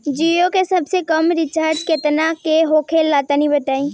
जीओ के सबसे कम रिचार्ज केतना के होला तनि बताई?